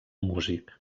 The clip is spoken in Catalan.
músic